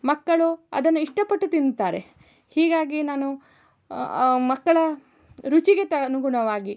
ಮಕ್ಕಳು ಅದನ್ನು ಇಷ್ಟಪಟ್ಟು ತಿನ್ನುತ್ತಾರೆ ಹೀಗಾಗಿ ನಾನು ಮಕ್ಕಳ ರುಚಿಗೆ ತ ಅನುಗುಣವಾಗಿ